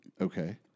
Okay